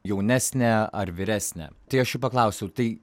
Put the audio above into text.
jaunesnė ar vyresnė tai aš jų paklausiau tai